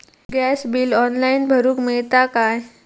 Gas bill online भरुक मिळता काय?